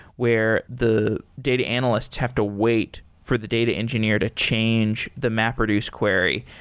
where the data analysts have to wait for the data engineer to change the mapreduce query.